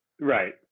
Right